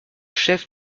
chef